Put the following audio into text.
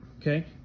Okay